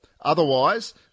otherwise